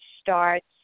starts